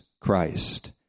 Christ